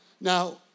Now